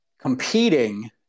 competing